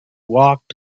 walked